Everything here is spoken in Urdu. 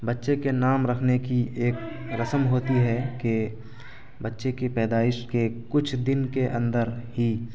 بچے کے نام رکھنے کی ایک رسم ہوتی ہے کہ بچے کی پیدائش کے کچھ دن کے اندر ہی